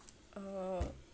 oh